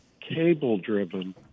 cable-driven